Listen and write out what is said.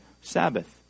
Sabbath